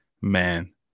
man